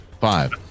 Five